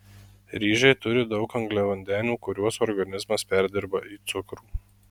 ryžiai turi daug angliavandenių kuriuos organizmas perdirba į cukrų